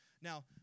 Now